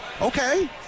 Okay